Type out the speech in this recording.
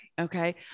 Okay